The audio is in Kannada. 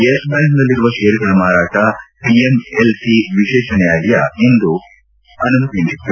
ಯೆಸ್ ಬ್ವಾಂಕ್ನಲ್ಲಿರುವ ಷೇರುಗಳ ಮಾರಾಟ ಪಿಎಂಎಲ್ಎ ವಿಶೇಷ ನ್ಯಾಯಾಲಯ ನಿನ್ನೆ ಅನುಮತಿ ನೀಡಿತ್ತು